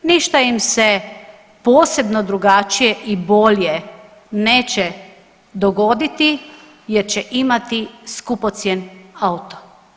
Ništa im se posebno drugačije i bolje neće dogoditi jer će imati skupocjen auto.